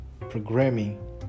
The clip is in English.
programming